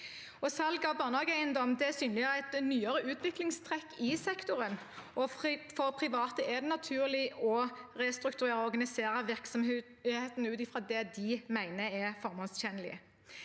Salg av barnehageeiendom synliggjør et nyere utviklingstrekk i sektoren. For private er det naturlig å restrukturere og organisere virksomheten ut fra det de mener er formålstjenlig.